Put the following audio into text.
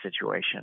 situation